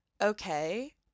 okay